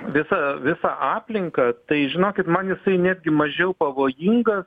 visa visą aplinką tai žinokit man jisai netgi mažiau pavojingas